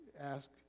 ask